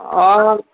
অঁ